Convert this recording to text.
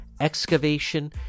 excavation